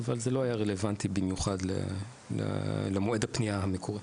אבל זה לא היה רלוונטי במיוחד למועד הפנייה המקורי.